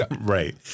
Right